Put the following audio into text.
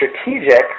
strategic